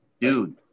dude